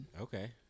Okay